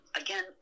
again